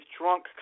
drunk